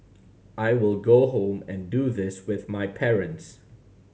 I will go home and do this with my parents